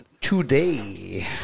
Today